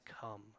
come